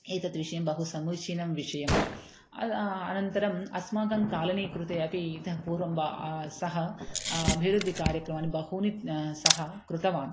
एतत् विषयं बहु समीचीनं विषयं अ अनन्तरम् अस्माकं कालनी कृते अपि इतः पूर्वं बा सः अभिवृद्धिकार्यक्रमाणि बहूनि सः कृतवान्